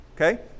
Okay